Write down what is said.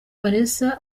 vanessa